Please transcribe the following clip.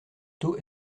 taux